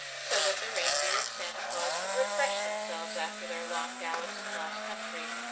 so that the reindeer of santa claus could refresh themselves after their long gallops across country.